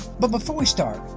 but before we start,